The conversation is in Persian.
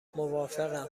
موافقم